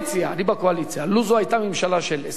לו זו היתה ממשלה של 20 שרים,